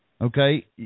okay